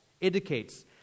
indicates